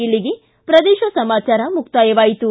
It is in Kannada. ಇಲ್ಲಿಗೆ ಪ್ರದೇಶ ಸಮಾಚಾರ ಮುಕ್ತಾಯವಾಯಿತು